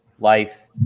life